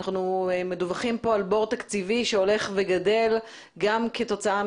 אנחנו מדווחים כאן על בור תקציבי שהולך וגדל גם כתוצאה